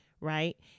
right